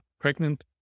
pregnant